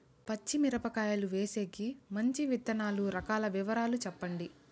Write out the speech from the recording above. పచ్చి మిరపకాయలు వేసేకి మంచి విత్తనాలు రకాల వివరాలు చెప్పండి?